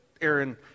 Aaron